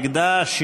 נגדה,